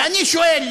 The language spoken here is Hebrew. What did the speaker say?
ואני שואל,